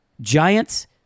Giants